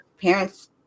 parents